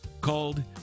called